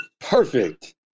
Perfect